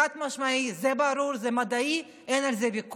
זה חד-משמעי, זה ברור, זה מדעי, אין על זה ויכוח,